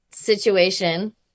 situation